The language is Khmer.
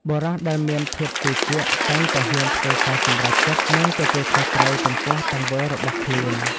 បុរសដែលមានភាពជឿជាក់តែងតែហ៊ានធ្វើការសម្រេចចិត្ត និងទទួលខុសត្រូវចំពោះទង្វើរបស់ខ្លួន។